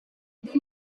they